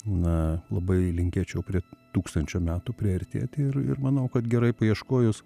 na labai linkėčiau prie tūkstančio metų priartėti ir ir manau kad gerai paieškojus